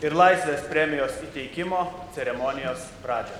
ir laisvės premijos įteikimo ceremonijos pradžią